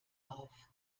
auf